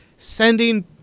Sending